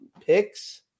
picks